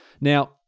Now